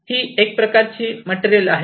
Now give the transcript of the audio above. ही एक पी प्रकारची मटेरियल आहे